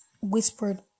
whispered